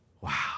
Wow